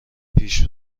پیش